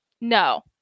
no